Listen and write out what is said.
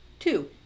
Two